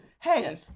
hey